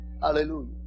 Hallelujah